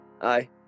aye